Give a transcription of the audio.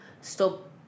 stop